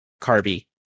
carby